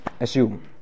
assume